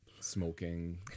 smoking